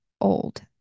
old